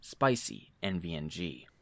SPICYNVNG